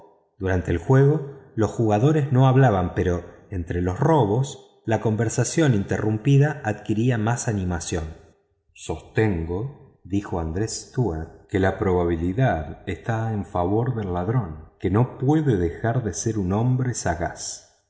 durante el juego los jugadores no hablaban pero entre los robos la conversación interrumpida adquiría más animación sostengo dijo andrés stuart que la probabilidad está en favor del ladrón que no puede dejar de ser un hombre sagaz